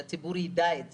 שהציבור ידע את זה.